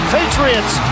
Patriots